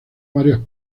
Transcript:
varias